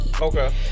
Okay